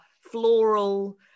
floral